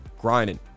grinding